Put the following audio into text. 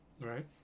right